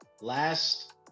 last